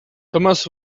thomas